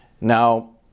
Now